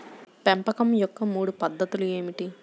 పెంపకం యొక్క మూడు పద్ధతులు ఏమిటీ?